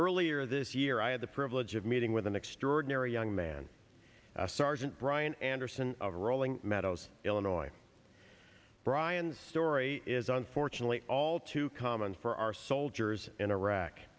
earlier this year i had the privilege of meeting with an extraordinary young man sergeant brian anderson of rolling meadows illinois brian story is unfortunately all too common for our soldiers in iraq